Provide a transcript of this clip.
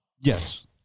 Yes